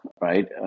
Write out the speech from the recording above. right